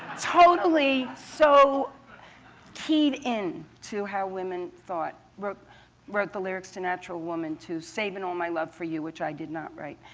totally so keyed in to how women thought. wrote wrote the lyrics to natural woman too. saving all my love for you, which i did not write.